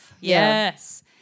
Yes